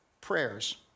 prayers